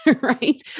right